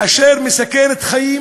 אשר מסכנת חיים